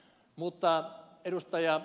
mutta ed